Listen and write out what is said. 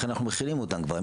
לכן אנחנו מכינים אותם כבר,